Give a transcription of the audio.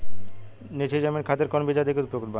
नीची जमीन खातिर कौन बीज अधिक उपयुक्त बा?